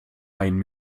einen